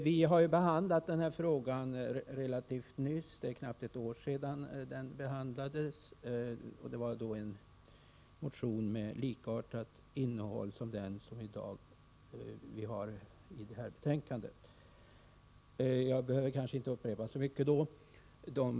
Vi har behandlat den här frågan relativt nyligen — för knappt ett år sedan — med anledning av en motion med likartat innehåll som den vi i dag har att behandla. Jag behöver kanske inte upprepa så mycket av det som då anfördes.